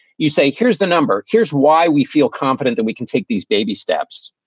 you say here's the number. here's why we feel confident that we can take these baby steps.